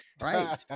right